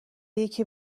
یکی